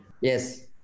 Yes